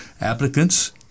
Applicants